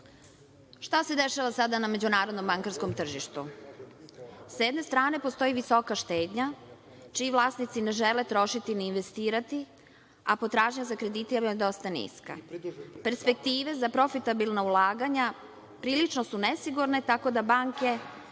se dešava sada na međunarodnom bankarskom tržištu? S jedne strane, postoji visoka štednja, čiji vlasnici ne žele trošiti ni investirati, a potražnja za kreditima je dosta niska. Perspektive za profitabilna ulaganja prilično su nesigurne, kako za banke,